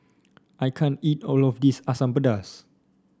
I can't eat all of this Asam Pedas